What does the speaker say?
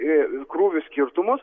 į krūvių skirtumus